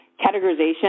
categorization